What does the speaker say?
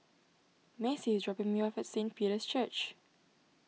Macie is dropping me off at Saint Peter's Church